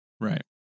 right